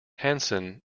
hanson